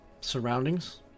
surroundings